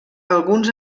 alguns